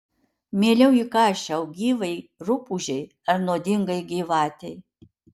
mieliau įkąsčiau gyvai rupūžei ar nuodingai gyvatei